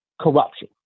corruption